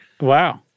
Wow